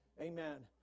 Amen